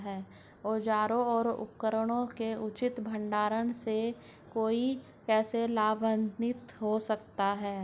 औजारों और उपकरणों के उचित भंडारण से कोई कैसे लाभान्वित हो सकता है?